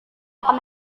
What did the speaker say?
akan